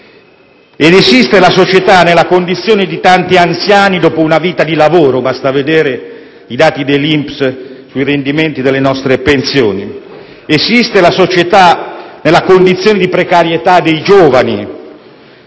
Esiste la società nella condizione di tanti anziani dopo una vita di lavoro; basta vedere i dati INPS sui rendimenti della nostre pensioni. Esiste la società nella condizione di precarietà dei giovani;